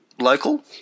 Local